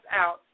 out